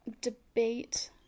debate